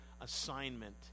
assignment